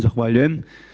Zahvaljujem.